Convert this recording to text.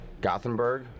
Gothenburg